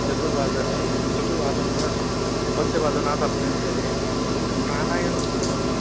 चतुर्वादने चतुर्वादनतः पञ्चवादनात् अभ्यन्तरे किञ्चित् प्राणायामं कुर्वन्तु